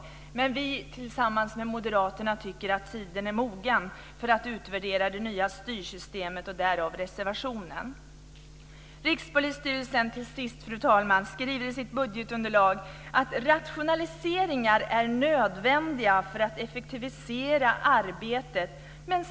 Vi tycker dock, tillsammans med Moderaterna, att tiden är mogen för att utvärdera det nya styrsystemet, och därav reservationen. Fru talman! Till sist vill jag säga att Rikspolisstyrelsen i sitt budgetunderlag skriver att rationaliseringar är nödvändiga för att effektivisera arbetet.